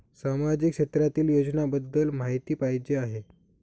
सामाजिक क्षेत्रातील योजनाबद्दल माहिती पाहिजे आहे?